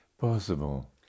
possible